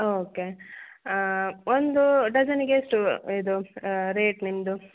okay ಒಂದು ಡಝನ್ಗೆ ಎಷ್ಟು ಇದು ರೇಟ್ ನಿಮ್ಮದು